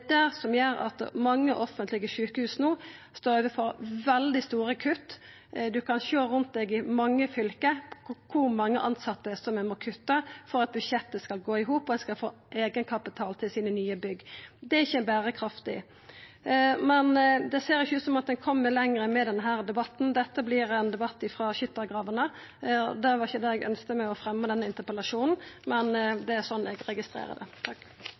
som gjer at mange offentlege sjukehus no står overfor veldig store kutt. Ein kan sjå rundt i mange fylke kor mange tilsette som ein må kutta for at budsjettet skal gå i hop, og for at ein skal ha eigenkapital til dei nye bygga sine. Det er ikkje berekraftig. Det ser ikkje ut som om vi kjem noko lenger med denne debatten. Dette vert ein debatt frå skyttargravene, og det var ikkje det eg ønskte med å fremja denne interpellasjonen. Men det er slik eg registrerer det.